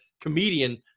comedian